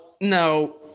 no